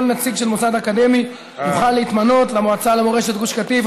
נציג של מוסד אקדמי יוכל להתמנות למועצה למורשת גוש קטיף.